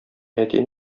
әти